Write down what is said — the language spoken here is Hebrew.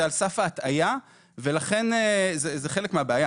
זה על סף ההטעיה וזה חלק מהבעיה.